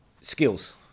Skills